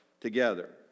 together